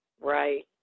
Right